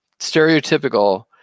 stereotypical